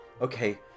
okay